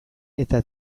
eta